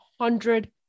hundred